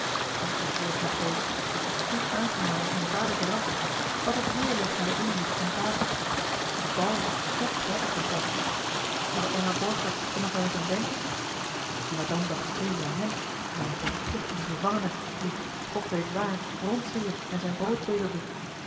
dat was eerst een feest hoe aangenaam was zijn vader verrast wat eene eer legde hij in met de cantate en dan het bal hoe prettig was dat zou emma borgers er nog wel eens aan denken maar dan dacht ze tevens aan hem als aan een voortvluchtigen gevangene die god weet waar rondzwierf en zijn brood bedelde